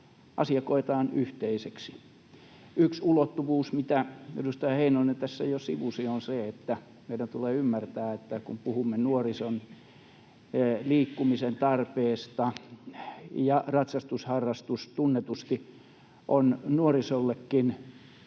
asia koetaan yhteiseksi. Yksi ulottuvuus, mitä edustaja Heinonen jo sivusi, on se, että meidän tulee ymmärtää, että kun puhumme nuorison liikkumisen tarpeesta — ja ratsastusharrastus tunnetusti on nuorisollekin